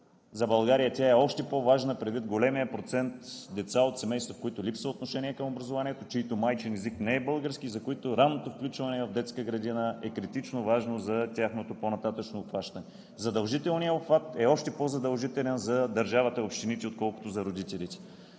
За България тя е още по-важна, предвид големия процент деца от семейства, в които липсва отношение към образованието, чийто майчин език не е български и за които ранното включване в детска градина е критично важно за тяхното по-нататъшно обхващане. Задължителният обхват е още по-задължителен за държавата и общините, отколкото за родителите.